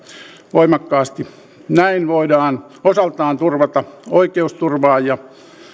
voimakkaasti näin voidaan osaltaan turvata oikeusturvaa ja